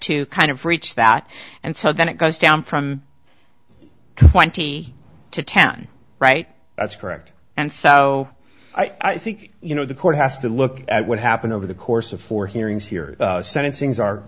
to kind of breach that and so then it goes down from twenty to ten right that's correct and so i think you know the court has to look at what happened over the course of four hearings here sentencings are